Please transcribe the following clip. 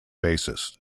basis